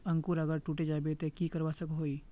अंकूर अगर टूटे जाबे ते की करवा सकोहो ही?